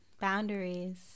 Boundaries